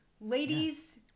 Ladies